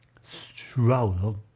Stroll